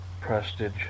Prestige